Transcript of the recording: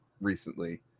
recently